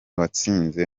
watsinze